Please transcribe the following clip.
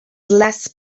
less